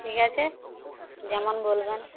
ঠিক আছে যেমন বলবেন